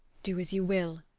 do as you will,